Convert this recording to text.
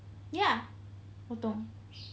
ya 不懂